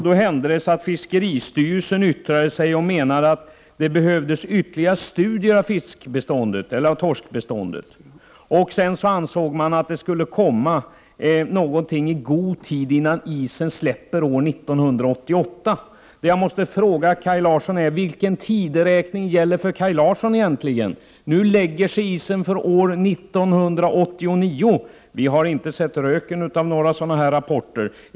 Det hände att fiskeristyrelsen yttrade sig och menade att det behövdes ytterligare studier om torskbeståndet. Man sade att det skulle komma någonting i god tid innan isen skulle släppa år 1988. Jag måste fråga Kaj Larsson: Vilken tidräkning gäller för Kaj Larsson egentligen? Nu lägger sig isen för år 1989. Vi har inte sett röken av några rapporter.